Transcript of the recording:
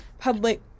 public